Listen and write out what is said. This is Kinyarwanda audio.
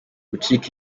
gucika